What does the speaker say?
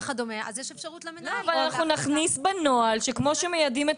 וכדומה --- נכניס בנוהל שכמו שמיידעים את